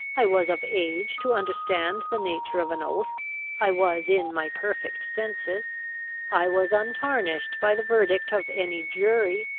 i was of age to understand the nature of an oath i was in my perfect senses i was untarnished by the verdict of any jury,